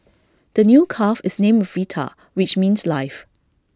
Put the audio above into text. the new calf is named Vita which means life